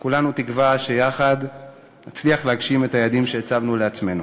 וכולנו תקווה שיחד נצליח להגשים את היעדים שהצבנו לעצמנו.